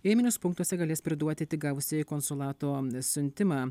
ėminius punktuose galės priduoti tik gavusieji konsulato siuntimą